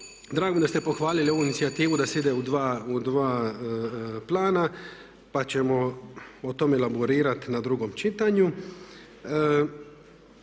drago mi je da ste pohvalili ovu inicijativu da se ide u dva plana, pa ćemo o tome elaborirati na drugome čitanju.